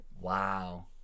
wow